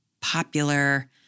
popular